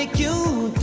like you